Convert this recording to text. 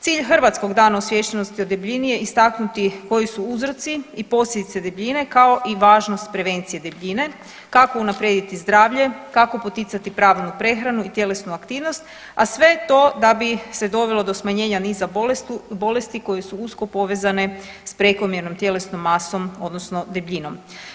Cilj Hrvatskog dana osviještenosti o debljini je istaknuti koji su uzroci i posljedice debljine kao i važnost prevencije debljine, kako unaprijediti zdravlje, kako poticati pravilnu prehranu i tjelesnu aktivnost, a sve to da bi se dovelo do smanjenja niza bolesti koje su usko povezane s prekomjernom tjelesnom masom odnosno debljinom.